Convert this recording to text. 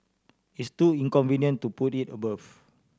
it's too inconvenient to put it above